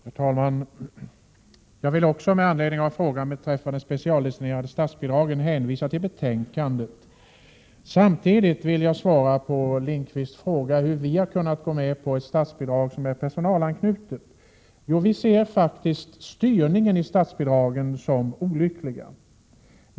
Herr talman! Också jag vill med anledning av frågan om de specialdestinerade statsbidragen hänvisa till betänkandet. Samtidigt vill jag svara på herr Lindqvists fråga hur vi har kunnat gå med på ett statsbidrag som är personalanknutet. Jo, vi ser faktiskt styrningen i statsbidragen som olycklig.